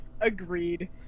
Agreed